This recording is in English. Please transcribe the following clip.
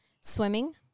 swimming